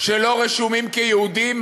שלא רשומים כיהודים,